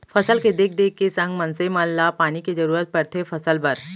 फसल के देख देख के संग मनसे मन ल पानी के जरूरत परथे फसल बर